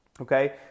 Okay